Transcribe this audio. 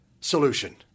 solution